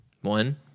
One